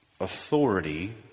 authority